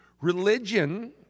Religion